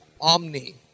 omni